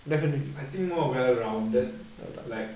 I think more well rounded like